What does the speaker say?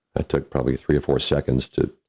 i took probably three or four seconds to,